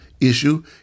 issue